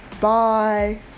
Bye